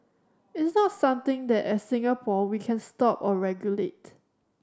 it's not something that as Singapore we can stop or regulate